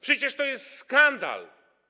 Przecież to jest skandal.